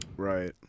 Right